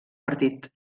partit